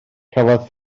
cafodd